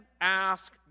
ask